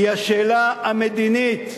היא השאלה המדינית,